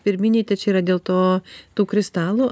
pirminiai čia yra dėl to tų kristalų